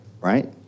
right